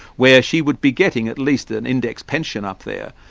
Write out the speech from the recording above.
where she would be getting at least an indexed pension up there,